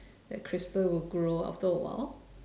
that crystal will grow after a while